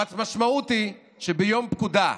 המשמעות היא שביום פקודה,